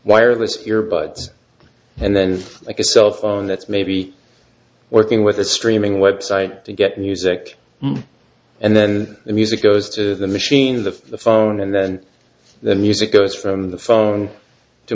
wireless here buds and then like a cell phone that's maybe working with a streaming website to get music and then the music goes to the machines of the phone and then the music goes from the phone to